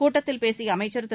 கூட்டத்தில் பேசிய அமைச்சர் திரு